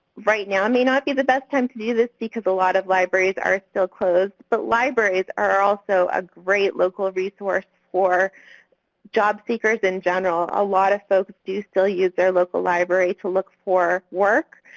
right now may not be the best time to do this because a lot of libraries are still closed, but libraries are also a great local resource for job seekers in general. a lot of folks do still use their local library to look for work.